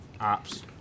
Ops